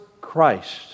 Christ